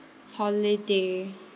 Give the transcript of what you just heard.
holiday